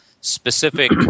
specific